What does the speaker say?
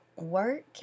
work